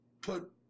put